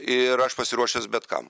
ir aš pasiruošęs bet kam